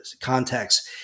context